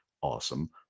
Awesome